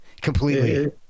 completely